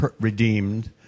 redeemed